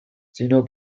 sino